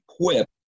equip